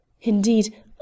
Indeed